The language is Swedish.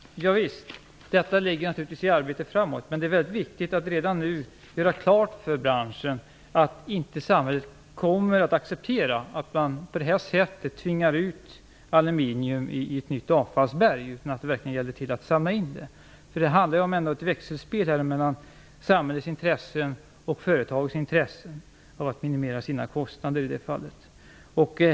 Herr talman! Javisst, detta ligger naturligtvis i arbetet framöver. Men det är väldigt viktigt att redan nu göra klart för branschen att samhället inte kommer att acceptera att aluminium på det här sättet tvingas ut på ett nytt avfallsberg. Det gäller alltså att verkligen samla in aluminiumet. Det handlar ändå om ett växelspel mellan samhällets intressen och företagens intresse av att minimera kostnaderna.